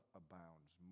abounds